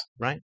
Right